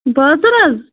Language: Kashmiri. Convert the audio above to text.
بازر حظ